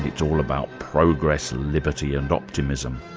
it's all about progress, liberty and optimism.